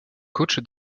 coach